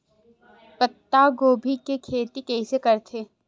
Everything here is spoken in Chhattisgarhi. पत्तागोभी के खेती कइसे करथे?